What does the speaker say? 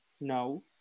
No